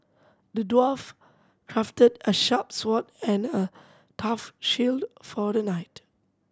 the dwarf crafted a sharp sword and a tough shield for the knight